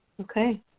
Okay